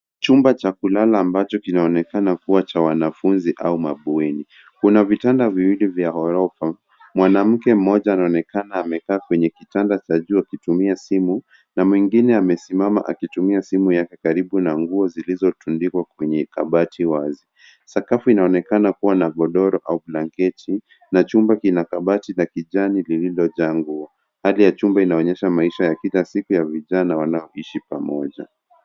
Chumba cha kulala ambacho kinaonekana kuwa cha wanafunzi au mabweni. Kuna vitanda viwili vya orofa mwanamke mmoja anaonekana ameketi kwenye kitanda cha juu akitumia simu na mwingine amesimama akitumia simu yake karibu na nguo zilizo tundikwa kwenye kabati wazi sakafu inaonekana kuwa na godoro au blanketi na chumba kina kabati la kijani lililo jaa nguo. Hali ya chumba inaonyesha maisha ya kila siku ya vijana wanaoishi pamoja.